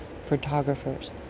Photographers